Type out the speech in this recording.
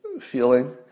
feeling